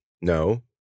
No